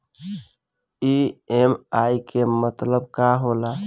EMI के मतलब का होला?